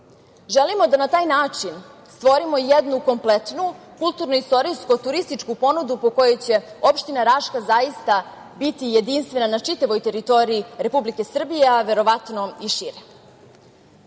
Želimo da na taj način stvorimo jednu kompletnu kulturno-istorijsko-turističku ponudu po kojoj će opština Raška biti jedinstvena na čitavoj teritoriji Republike Srbije, a verovatno i šire. Kada